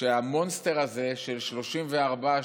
שה-monster הזה של 34,